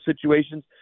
situations